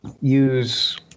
use